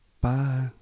Bye